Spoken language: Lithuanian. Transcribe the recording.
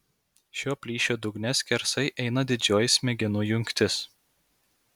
šio plyšio dugne skersai eina didžioji smegenų jungtis